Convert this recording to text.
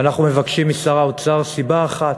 ואנחנו מבקשים משר האוצר סיבה אחת,